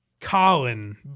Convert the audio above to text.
Colin